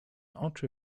oczy